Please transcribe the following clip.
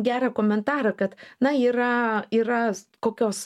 gerą komentarą kad na yra yra kokios